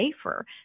safer